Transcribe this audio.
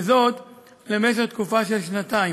וזאת למשך תקופה של שנתיים.